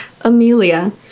Amelia